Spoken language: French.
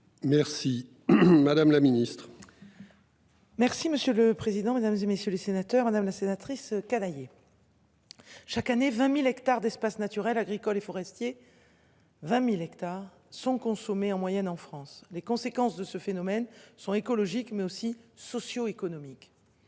Merci. Madame la ministre. Merci monsieur le président, Mesdames, et messieurs les sénateurs, madame la sénatrice. Chaque année, 20.000 hectares d'espaces naturels agricoles et forestiers. 20.000 hectares sont consommés en moyenne en France, les conséquences de ce phénomène sont écologiques, mais aussi socio-économiques.